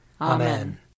Amen